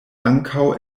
ankaŭ